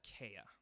Achaia